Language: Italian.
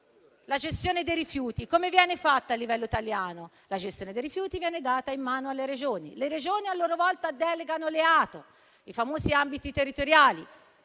la gestione dei rifiuti a livello italiano? La gestione dei rifiuti viene data in mano alle Regioni; le Regioni, a loro volta, delegano gli ATO, i famosi Ambiti territoriali